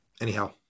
Anyhow